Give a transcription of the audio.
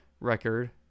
record